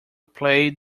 play